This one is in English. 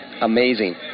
amazing